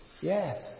Yes